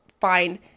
find